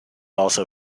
also